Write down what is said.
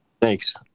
thanks